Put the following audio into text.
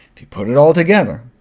if you put it all together,